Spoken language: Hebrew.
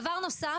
דבר שני,